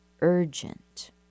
urgent